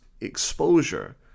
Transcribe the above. exposure